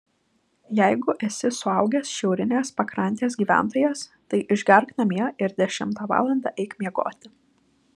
jeigu esi suaugęs šiaurinės pakrantės gyventojas tai išgerk namie ir dešimtą valandą eik miegoti